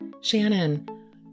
Shannon